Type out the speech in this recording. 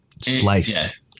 slice